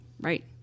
Right